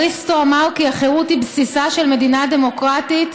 אריסטו אמר כי החירות היא בסיסה של מדינה דמוקרטית.